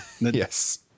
Yes